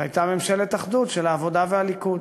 הייתה ממשלת אחדות של העבודה והליכוד.